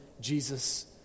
Jesus